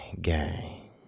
gang